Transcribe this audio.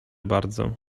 bardzo